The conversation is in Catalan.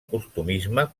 costumisme